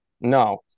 No